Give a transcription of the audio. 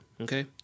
okay